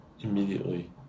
immediately